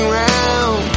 round